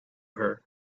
her